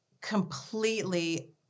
completely